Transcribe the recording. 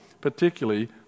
particularly